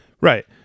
Right